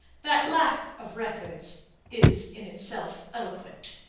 that lack of records is in itself eloquent.